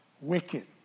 wicked